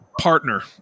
partner